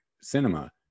cinema